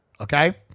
okay